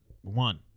one